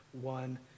one